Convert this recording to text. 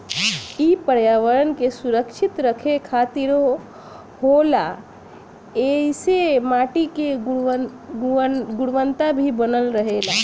इ पर्यावरण के सुरक्षित रखे खातिर होला ऐइसे माटी के गुणवता भी बनल रहेला